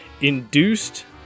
Induced